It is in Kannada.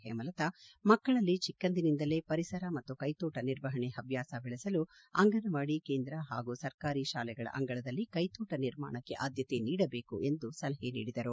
ಹೇಮಲತಾ ಮಕ್ಕಳಲ್ಲಿ ಚಿಕ್ಕನಿಂದಲೇ ಪರಿಸರ ಮತ್ತು ಕೈಪೋಟ ನಿರ್ವಹಣೆ ಪವ್ಯಾಸ ಬೆಳೆಸಲು ಅಂಗನವಾಡಿ ಕೇಂದ್ರ ಹಾಗೂ ಸರ್ಕಾರಿ ಶಾಲೆಗಳ ಅಂಗಳದಲ್ಲಿ ಕೈತೋಟ ನಿರ್ಮಾಣಕ್ಕೆ ಆದ್ಯತೆ ನೀಡಬೇಕು ಎಂದು ಸಲಹೆ ನೀಡಿದರು